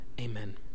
Amen